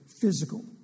physical